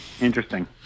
interesting